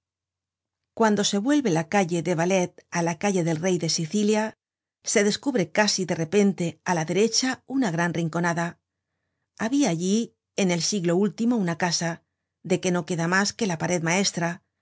cuando se vuelve la calle de ballets á la calle del rey de sicilia se descubre casi de repente á la derecha una gran rinconada habia allí en el siglo último una casa de que no queda mas que la pared maestra